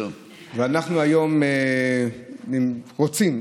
אנחנו היום רוצים.